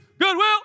goodwill